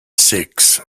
six